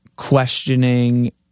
questioning